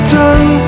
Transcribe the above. done